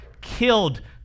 Killed